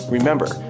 Remember